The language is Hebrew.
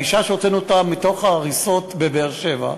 האישה שהוצאנו מתוך ההריסות בבאר-שבע,